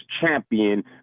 champion